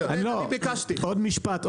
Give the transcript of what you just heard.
עוד משפט.